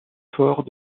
fort